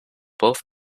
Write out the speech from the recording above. both